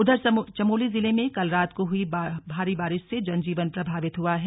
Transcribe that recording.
उधर चमोली जिले में कल रात को हुई भारी बारिश से जनजीवन प्रभावित हुआ है